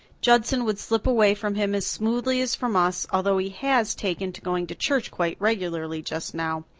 judson would slip away from him as smoothly as from us, although he has taken to going to church quite regularly just now.